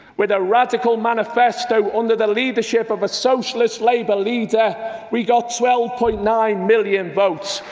with a radical manifesto under the leadership of a socialist labour leader we got twelve point nine million votes.